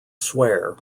swear